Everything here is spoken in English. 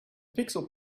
pixel